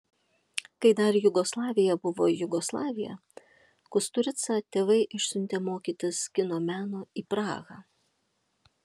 kai dar jugoslavija buvo jugoslavija kusturicą tėvai išsiuntė mokytis kino meno į prahą